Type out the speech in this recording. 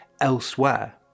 elsewhere